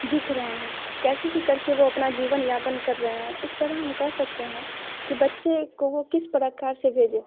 दिख रहे हैं कैसे भी कर के वो अपना जीवन यापन कर रहे हैं इस तरह हम कह सकते हैं कि बच्चे को वो किस प्रकार से भेजें